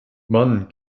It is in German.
mann